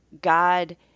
God –